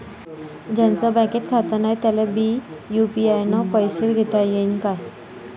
ज्याईचं बँकेत खातं नाय त्याईले बी यू.पी.आय न पैसे देताघेता येईन काय?